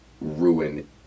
ruin